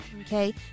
Okay